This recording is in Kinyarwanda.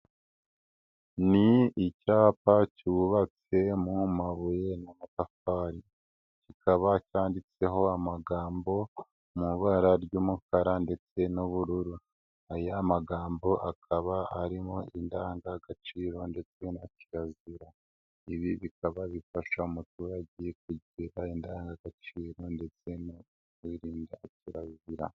Ni icyapa cyubatse mu mabuye na amatafari, kikaba cyanditseho amagambo mu ibara ry'umukara ndetse n'ubururu, aya magambo akaba arimo indandangagaciro ndetse na kirazira, ibi bikaba bifasha umuturage kugira indangagaciro ndetse no kwirinda kirazira.